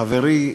חברי,